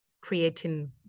creating